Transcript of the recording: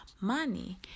money